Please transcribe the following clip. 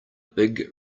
big